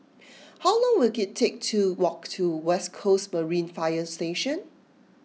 how long will it take to walk to West Coast Marine Fire Station